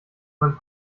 beim